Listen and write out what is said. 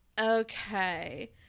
Okay